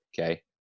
Okay